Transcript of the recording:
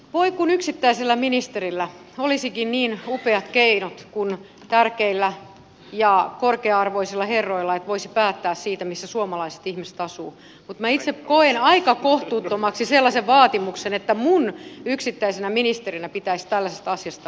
voi kun yksittäisellä ministerillä olisikin niin upeat keinot kuin tärkeillä ja korkea arvoisilla herroilla että voisi päättää siitä missä suomalaiset ihmiset asuvat mutta minä itse koen aika kohtuuttomaksi sellaisen vaatimuksen että minun yksittäisenä ministerinä pitäisi tällaisista asioista olla vastuussa